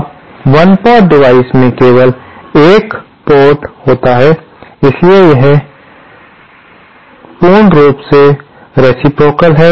अब 1 port device में केवल एक पोर्ट होता है इसलिए यह चूक रूप से रेसिप्रोकाल है